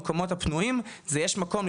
המקומות הפנויים זה יש מקום,